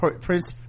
prince